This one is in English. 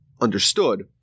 understood